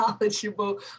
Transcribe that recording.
knowledgeable